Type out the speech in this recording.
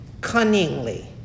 cunningly